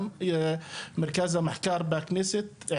גם מרכז המחקר בכנסת,